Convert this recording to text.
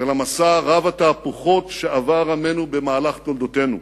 ובמסע רב-התהפוכות שעבר עמנו במהלך תולדותינו.